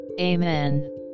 Amen